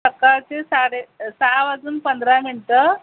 सकाळचे साडे सहा वाजून पंधरा मिणटं